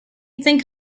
think